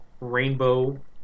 rainbow